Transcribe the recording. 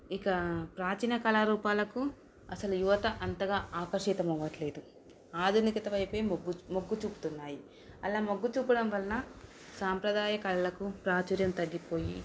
ఇక ప్రాచీన కళారూపాలకు అసలు యువత అంతగా ఆకర్షితం అవ్వట్లేదు ఆధునికత వైపే మొగ్గు మొగ్గు చూపుతున్నాయి అలా మొగ్గు చూపడం వల్ల సాంప్రదాయ కళలకు ప్రాచుర్యం తగ్గిపోయి